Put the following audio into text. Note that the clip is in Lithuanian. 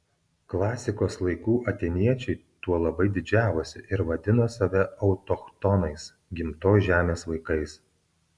klasikos laikų atėniečiai tuo labai didžiavosi ir vadino save autochtonais gimtos žemės vaikais